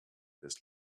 this